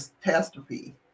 catastrophe